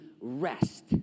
rest